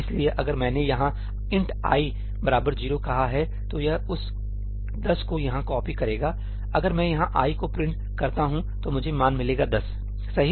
इसलिए अगर मैंने यहां 'int i 10' कहा है तो यह उस 10 को यहां कॉपी करेगा अगर मैं यहां ' i ' को प्रिंट करता हूं तो मुझे मान मिलेगा 10 सही